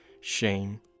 Shame